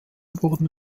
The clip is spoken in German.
wurden